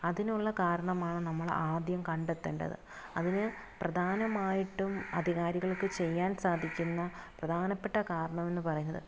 അതിനുള്ള കാരണമാണ് നമ്മളാദ്യം കണ്ടെത്തേണ്ടത് അതിന് പ്രധാനമായിട്ടും അധികാരികൾക്ക് ചെയ്യാൻ സാധിക്കുന്ന പ്രധാനപ്പെട്ട കാരണമെന്ന് പറയുന്നത്